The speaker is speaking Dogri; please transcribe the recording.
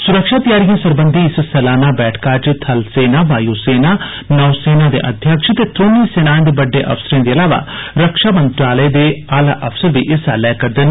सुरक्षा तयारिए सरबंधी इस सलाना बैठका च थल सेना वायु सेना ते नोसेना दे अध्यक्ष ते त्रौनें सेनाएँदे बड्डे अफसरें दे इलावा रक्षा मंत्रालय दे आला अफसर बी हिस्सा लै करदे न